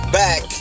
back